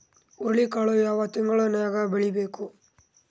ಹುರುಳಿಕಾಳು ಯಾವ ತಿಂಗಳು ನ್ಯಾಗ್ ಬೆಳಿಬೇಕು?